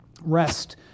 Rest